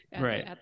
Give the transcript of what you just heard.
Right